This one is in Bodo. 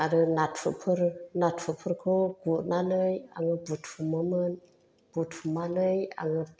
आरो नाथुरफोर नाथुरफोरखौ गुरनानै आङो बुथुमोमोन बुथुमानै आङो